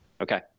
Okay